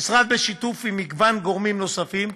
המשרד, בשיתוף עם מגוון גורמים נוספים,